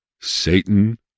Satan